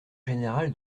général